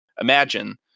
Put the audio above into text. imagine